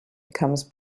becomes